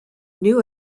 new